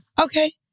Okay